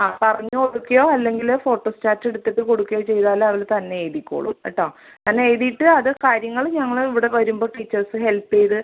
ആ പറഞ്ഞ് കൊടുക്കയോ അല്ലെങ്കിൽ ഫോട്ടോസ്റ്റാറ്റെടുത്തിട്ട് കൊടുക്കയോ ചെയ്താലവള് തന്നെ എഴുതിക്കൊള്ളും കേട്ടോ തന്നെ എഴുതീട്ട് അത് കാര്യങ്ങൾ ഞങ്ങൾ ഇവിടെ വരുമ്പോൾ ടീച്ചേഴ്സ് ഹെൽപ്പ് ചെയ്ത്